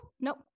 nope